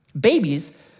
Babies